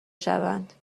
شوند